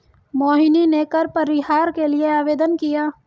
मोहिनी ने कर परिहार के लिए आवेदन किया